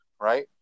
right